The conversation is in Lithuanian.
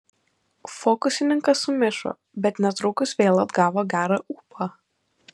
fokusininkas sumišo bet netrukus vėl atgavo gerą ūpą